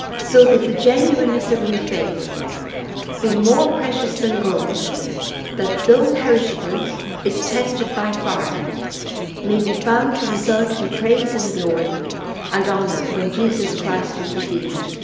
so that the genuineness of your faith being more precious than gold that though perishable is tested by fire may be found to result in praise and glory and honour when jesus christ is revealed.